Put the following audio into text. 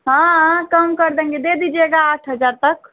हाँ हाँ कम कर देंगे दे दीजिएगा आठ हज़ार तक